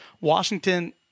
Washington